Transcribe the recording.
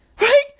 Right